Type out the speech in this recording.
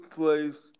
place